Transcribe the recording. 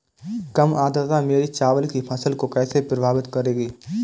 कम आर्द्रता मेरी चावल की फसल को कैसे प्रभावित करेगी?